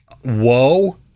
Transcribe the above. Whoa